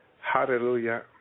Hallelujah